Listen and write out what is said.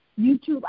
YouTube